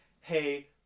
hey